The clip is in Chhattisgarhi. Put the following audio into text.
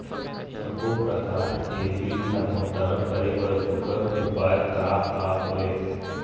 सबों प्रकार के बिल ला भुगतान करे बर सुघ्घर उपाय का हा वे?